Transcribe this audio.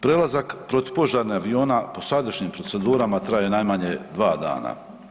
Prelazak protupožarnih aviona po sadašnjim procedurama traje najmanje 2 dana.